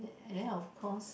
and then of course